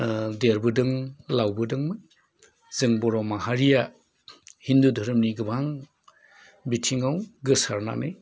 ओ देरबोदों लावबोदोंमोन जों बर' माहारिया हिन्दु धोरोमनि गोबां बिथिङाव गोसारनानै